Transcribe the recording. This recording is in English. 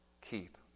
keep